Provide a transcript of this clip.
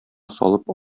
салып